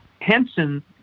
Henson